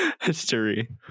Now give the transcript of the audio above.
history